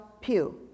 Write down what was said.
pew